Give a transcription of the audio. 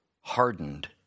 hardened